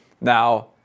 Now